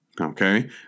Okay